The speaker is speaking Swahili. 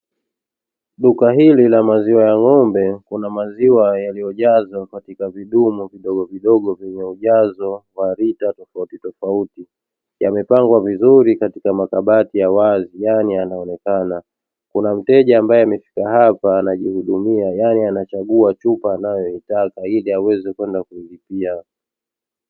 Duka hili la maziwa ya ng'ombe kuna maziwa yaliyojazwa katika vidumu vidogovidogo vyenye ujazo wa lita tofautitofauti. Yamepangwa vizuri katika makabati ya wazi yaani yanaonekana. Kuna mteja ambaye amefika hapa anajihudumia, yaani anachagua chupa anayoitaka ili aweze kwenda kulipia.